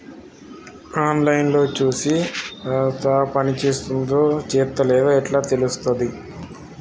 On line లో చూసి ఖాతా పనిచేత్తందో చేత్తలేదో ఎట్లా తెలుత్తది?